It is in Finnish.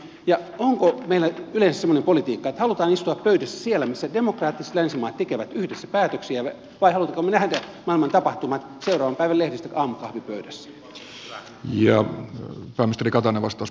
ja onko meillä yleensä semmoinen politiikka että haluamme istua pöydässä siellä missä demokraattiset länsimaat tekevät yhdessä päätöksiä vai haluammeko me nähdä maailman tapahtumat seuraavan päivän lehdistä aamukahvipöydässä